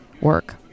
work